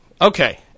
Okay